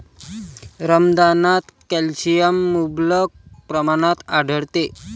रमदानात कॅल्शियम मुबलक प्रमाणात आढळते